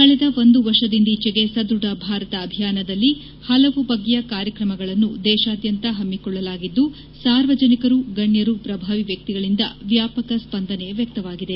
ಕಳೆದ ಒಂದು ವರ್ಷದಂದೀಚೆಗೆ ಸದ್ಬಧ ಭಾರತ ಅಭಿಯಾನದಲ್ಲಿ ಹಲವು ಬಗೆಯ ಕಾರ್ಯಕ್ರಮಗಳನ್ನು ದೇಶಾದ್ಯಂತ ಹಮ್ಮಿಕೊಳ್ಳಲಾಗಿದ್ದು ಸಾರ್ವಜನಿಕರು ಗಣ್ಯರು ಪ್ರಭಾವಿ ವ್ಯಕ್ತಿಗಳಿಂದ ವ್ಯಾಪಕ ಸ್ವಂದನೆ ವ್ಯಕ್ತವಾಗಿದೆ